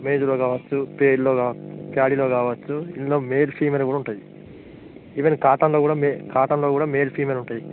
మేజ్లో కావచ్చు పేడ్లో ప్యాడిలో కావచ్చు ఇందులో మేల్ ఫిమేల్ కూడా ఉంటుంది ఈవెన్ కాటన్లో కాటన్లో కూడా మేల్ ఫిమేల్ ఉంటాయి